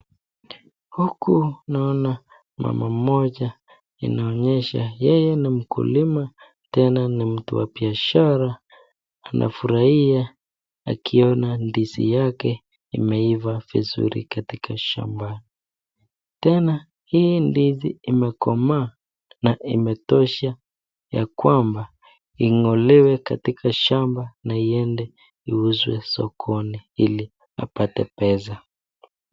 Huku naona mama mmoja inaonyesha yeye ni mkulima tena ni mtu wa biashara. Anafurahia akiona ndizi yake imeiva vizuri katika shamba. Tena hii ndizi imekomaa na imetosha ya kwamba ing'olewe katika shamba na iende iuzwe sokoni ili apate pesa.